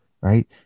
right